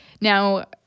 Now